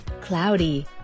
cloudy